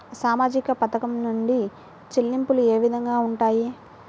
సామాజిక పథకం నుండి చెల్లింపులు ఏ విధంగా ఉంటాయి?